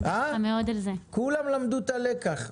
אני מודה לך מאוד על זה.) כולם למדו את הלקח,